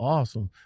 Awesome